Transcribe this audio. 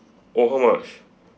oh how much